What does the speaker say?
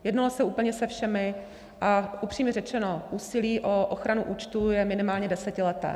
Jednalo se úplně se všemi, a upřímně řečeno, úsilí o ochranu účtů je minimálně desetileté.